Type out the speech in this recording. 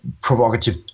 provocative